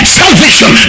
salvation